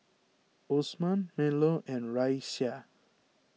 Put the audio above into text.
Osman Melur and Raisya